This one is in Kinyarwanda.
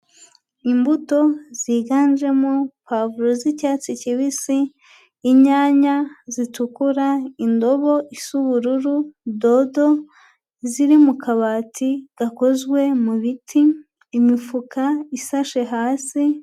Imbuto ziganjemo pavuro z'icyatsi kibisi, inyanya zitukura, indobo isa ubururu, dodo ziri mu kabati gakozwe mu biti, imifuka ishashe hasi.